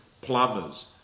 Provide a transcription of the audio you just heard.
plumbers